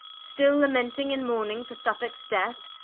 still lamenting and mourning for suffolkes death?